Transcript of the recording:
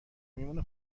میمونه